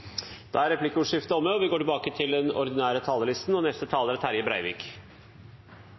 Da er replikkordskiftet omme, og vi går tilbake til den ordinære talerlisten. Vi lever i en tid da urettferdigheten vokser, utryggheten vokser og